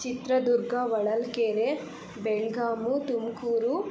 Chitradurga Holalkere Belgavi Tumakuru